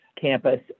campus